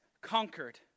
conquered